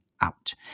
out